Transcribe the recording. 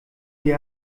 die